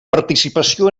participació